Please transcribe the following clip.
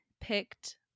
picked